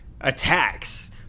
attacks